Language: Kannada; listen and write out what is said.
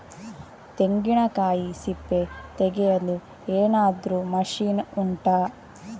ತೆಂಗಿನಕಾಯಿ ಸಿಪ್ಪೆ ತೆಗೆಯಲು ಏನಾದ್ರೂ ಮಷೀನ್ ಉಂಟಾ